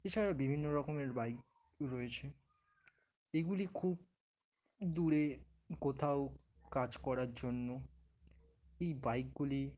এছাড়া আরও বিভিন্ন রকমের বাইক রয়েছে এগুলি খুব দূরে কোথাও কাজ করার জন্য এই বাইকগুলি